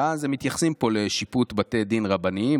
ואז הם מתייחסים לשיפוט בבתי דין רבניים,